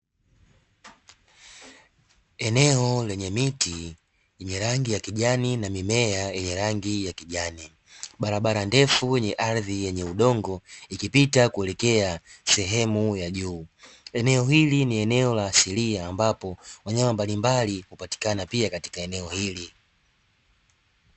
Eneo lenye miti yenye rangi ya kijani na mimea yenye rangi ya kijani, barabara ndefu yenye ardhi yenye udongo ikipita kuelekea sehemu ya juu. Eneo hili ni eneo la asilia ambapo wanyama mbalimbali hupatikana pia katika eneo hili.